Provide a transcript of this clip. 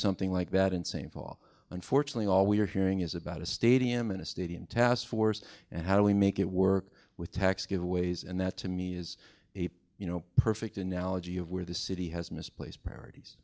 something like that in st paul unfortunately all we're hearing is about a stadium and a stadium taskforce and how do we make it work with tax giveaways and that to me is a you know perfect analogy of where the city has misplaced priorities